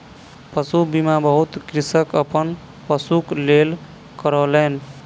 पशु बीमा बहुत कृषक अपन पशुक लेल करौलेन